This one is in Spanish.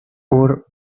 por